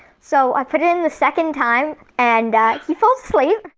so i put it in the second time, and he falls asleep.